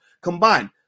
combined